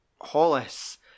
Hollis